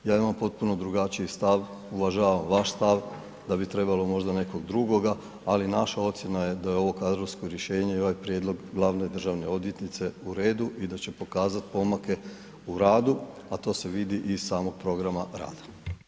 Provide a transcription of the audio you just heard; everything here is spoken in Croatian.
Ja imam potpuno drugačiji stav, uvažavam vaš stav, da bi trebalo možda nekog drugoga, ali naša ocjena je da je ovo kadrovsko rješenje i ovaj prijedlog glavne državne odvjetnice u redu i da će pokazati pomake u radu, a to se vidi iz samog programa rada.